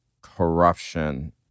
corruption